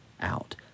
out